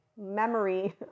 memory